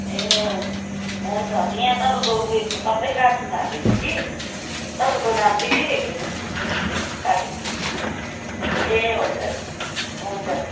ए हुन् हुन्छ हुन्छ यहाँ तपाईँको उइसमा सबै कार्टुनमा हालिदिन्छु कि तपाईँको नाम चाहिँ के लेखिदिनु कार्टुनमा ए हुन्छ हुन्छ